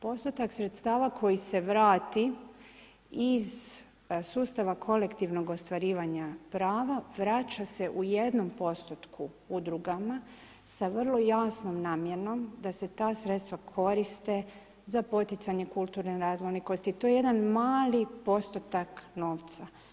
Postotak sredstava koji se vrati iz sustava kolektivnog ostvarivanja prava, vraća se u 1% udrugama sa vrlo jasnom namjenom da se ta sredstva koriste za poticanje kulturne raznolikosti, to je jedan mali postotak novca.